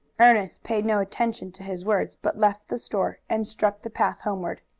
ernest paid no attention to his words, but left the store and struck the path homeward.